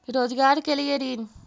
रोजगार के लिए ऋण?